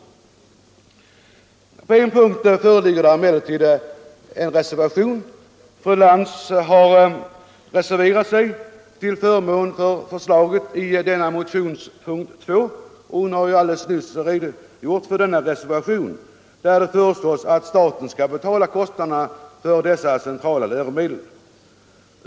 På en punkt föreligger det emellertid en reservation. Fru Lantz har reserverat sig till förmån för förslaget i den nämnda motionens punkt 2, och hon har alldeles nyss redogjort för reservationen, där det föreslås att staten skall betala kostnaderna för dessa centrala läromedel.